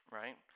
right